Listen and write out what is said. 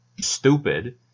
stupid